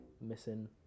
missing